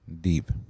Deep